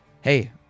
hey